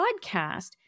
podcast